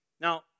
Now